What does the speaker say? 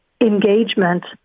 engagement